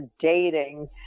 dating